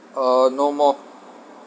uh no more